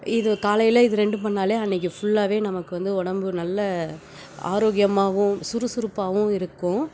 இது காலையில் இது ரெண்டும் பண்ணாலே அன்னைக்கு ஃபுல்லாவே நமக்கு வந்து உடம்பு நல்ல ஆரோக்கியமாகவும் சுறுசுறுப்பாகவும் இருக்கும்